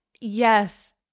Yes